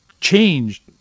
changed